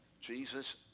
Jesus